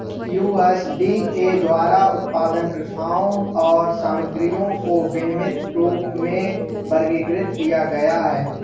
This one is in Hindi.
यू.एस.डी.ए द्वारा उत्पादन प्रथाओं और सामग्रियों को विनियमित रूप में वर्गीकृत किया गया है